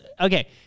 okay